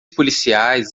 policiais